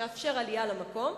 שמאפשר עלייה למקום,